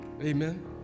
amen